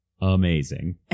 amazing